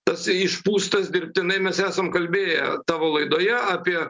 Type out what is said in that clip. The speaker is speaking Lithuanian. tarsi išpūstas dirbtinai mes esam kalbėję tavo laidoje apie